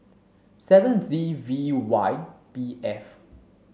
seven Z V Y B F